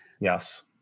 Yes